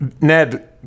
Ned